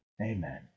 Amen